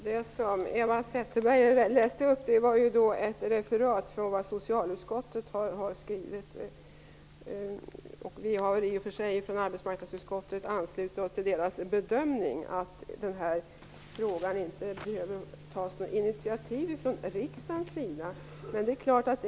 Herr talman! Det som Eva Zetterström läste upp var ett referat av vad socialutskottet har skrivit. Arbetsmarknadsutskottet har i och för sig anslutit sig till socialutskottets bedömning att riksdagen i denna fråga inte behöver ta några initiativ.